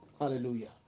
Hallelujah